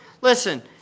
listen